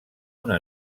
una